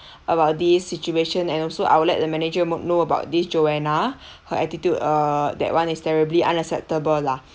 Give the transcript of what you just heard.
about this situation and also I'll let the manager more know about this joanna her attitude uh that [one] is terribly unacceptable lah